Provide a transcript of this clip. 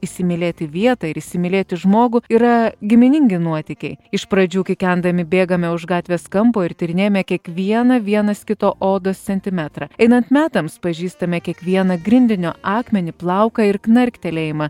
įsimylėti vietą ir įsimylėti žmogų yra giminingi nuotykiai iš pradžių kikendami bėgame už gatvės kampo ir tyrinėjome kiekvieną vienas kito odos centimetrą einant metams pažįstame kiekvieną grindinio akmenį plauką ir knarktelėjimą